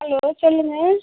hello சொல்லுங்க